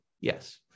Yes